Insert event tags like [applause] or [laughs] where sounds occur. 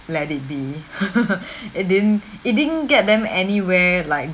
let it be [laughs] [breath] it didn't it didn't get them anywhere like